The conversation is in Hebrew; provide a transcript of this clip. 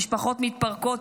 משפחות מתפרקות,